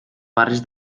barris